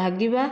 ଲଗାଇବା